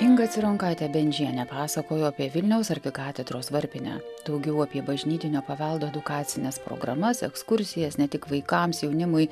inga cironkaitė bendžienė pasakojo apie vilniaus arkikatedros varpinę daugiau apie bažnytinio paveldo edukacines programas ekskursijas ne tik vaikams jaunimui